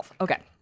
Okay